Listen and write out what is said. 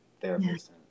therapist